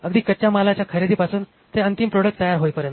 अगदी कच्च्या मालाच्या खरेदीपासून ते अंतिम प्रॉडक्ट तयार होईपर्यंत